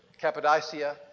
Cappadocia